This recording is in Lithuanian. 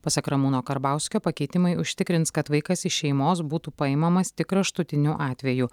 pasak ramūno karbauskio pakeitimai užtikrins kad vaikas iš šeimos būtų paimamas tik kraštutiniu atveju